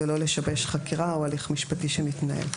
ולא לשבש חקירה או הליך משפטי שמתנהל.